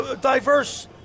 diverse